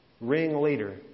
ringleader